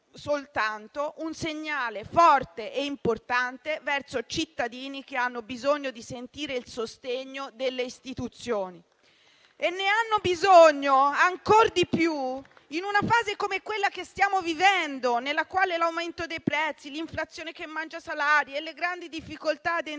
un segnale forte e importante verso cittadini che hanno bisogno di sentire il sostegno delle istituzioni e ne hanno bisogno ancor di più in una fase come quella che stiamo vivendo, nella quale l'aumento dei prezzi, l'inflazione che mangia i salari e le grandi difficoltà ad entrare